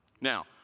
Now